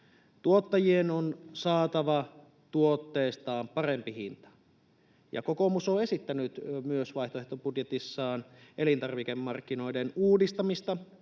Tuottajien on saatava tuotteistaan parempi hinta. Kokoomus on esittänyt vaihtoehtobudjetissaan myös elintarvikemarkkinoiden uudistamista.